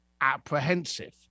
apprehensive